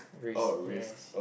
risk yes